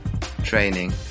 training